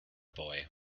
boy